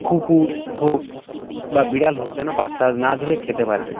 কুকুর হোক বা বিড়াল হোক যেন বাচ্চা না ধরে খেতে পারে